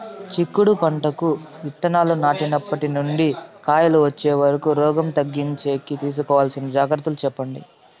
చిక్కుడు పంటకు విత్తనాలు నాటినప్పటి నుండి కాయలు వచ్చే వరకు రోగం తగ్గించేకి తీసుకోవాల్సిన జాగ్రత్తలు చెప్పండి?